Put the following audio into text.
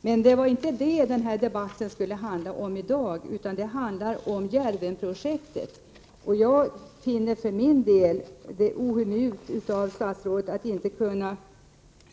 Men det var inte detta som debatten i dag skulle handla om. Debatten i dag handlar om Djärvenprojektet. Jag finner för min del det ohemult av statsrådet att inte kunna